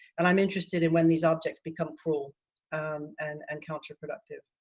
and i'm interested in when these objects become cruel um and and counterproductive.